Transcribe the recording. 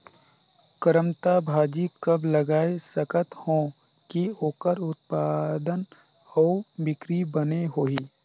करमत्ता भाजी कब लगाय सकत हो कि ओकर उत्पादन अउ बिक्री बने होही?